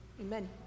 amen